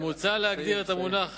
מוצע להגדיר את המונח